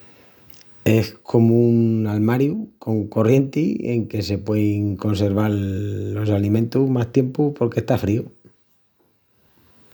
Es comu un almariu con corrienti en que se puein conserval los alimentus más tiempu porque está fríu.